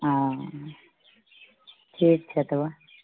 हाँ ठीक छै तब